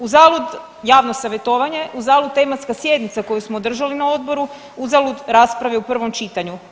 Uzalud javno savjetovanje, uzalud tematska sjednica koju smo održali na odboru, uzalud rasprave u prvom čitanju.